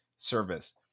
Service